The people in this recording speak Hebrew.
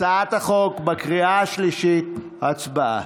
הצעת החוק בקריאה השלישית, הצבעה.